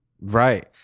Right